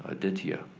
ah ditya,